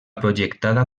projectada